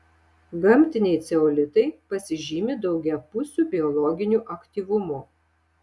gamtiniai ceolitai pasižymi daugiapusiu biologiniu aktyvumu